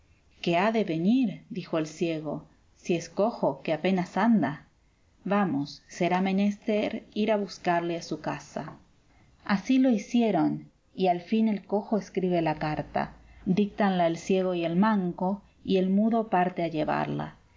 qué ha de venir si es cojo que apenas anda vamos será menester ir a buscarle a su casa así lo hicieron y al fin el cojo escribe la carta díctanla el ciego y el manco y el mudo parte a llevarla